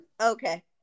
Okay